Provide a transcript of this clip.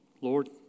Lord